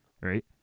right